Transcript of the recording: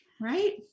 right